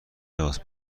لباس